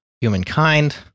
humankind